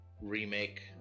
remake